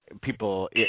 People